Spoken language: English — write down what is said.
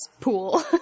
pool